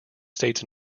states